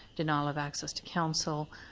denial of access to counsel,